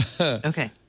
Okay